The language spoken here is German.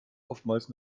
oftmals